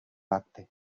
pacte